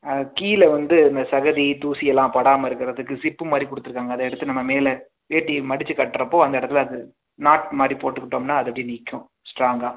அது கீழே வந்து இந்த சகதி தூசியெல்லாம் படாமல் இருக்கிறதுக்கு ஜிப்பு மாதிரி கொடுத்துருக்காங்க அதை எடுத்து நம்ப மேலே வேட்டியை மடிச்சு கட்டுறப்போ அந்த இடத்துல அது நாட் மாதிரி போட்டுக்கிட்டோம்னா அது அப்டே நிற்கும் ஸ்ட்ராங்காக